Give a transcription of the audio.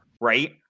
right